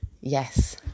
Yes